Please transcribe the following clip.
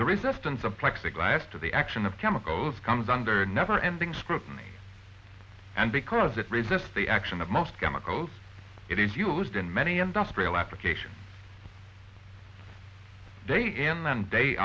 the resistance of plexiglass to the action of chemicals comes under never ending scrutiny and because it resists the action of most chemicals it is used in many industrial applications day in and day